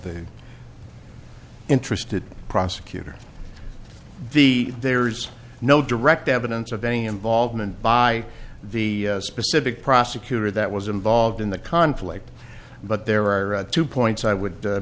the interested prosecutor the there's no direct evidence of any involvement by the specific prosecutor that was involved in the conflict but there are two points i would